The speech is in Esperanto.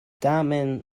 tamen